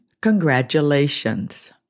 congratulations